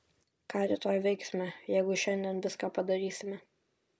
ką rytoj veiksime jeigu šiandien viską padarysime